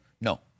No